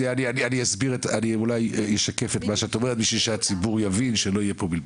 אני אולי אשקף את מה שאת אומרת כדי שהציבור יבין ולא יהיה כאן בלבול.